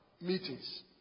meetings